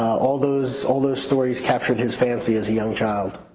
all those all those stories captured his fancy as a young child.